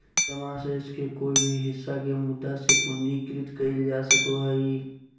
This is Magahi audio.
जमा शेष के कोय भी हिस्सा के मुद्दा से पूंजीकृत कइल जा सको हइ